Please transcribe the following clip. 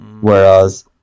whereas